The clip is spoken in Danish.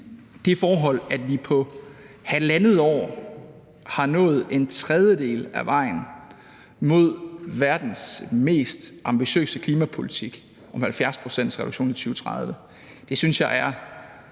det forhold, at vi på halvandet år er nået en tredjedel af vejen mod verdens mest ambitiøse klimapolitik om en 70-procentsreduktion i 2030, er relativt